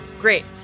great